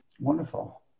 Wonderful